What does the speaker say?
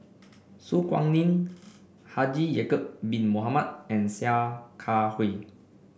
Su Guaning Haji Ya'acob Bin Mohamed and Sia Kah Hui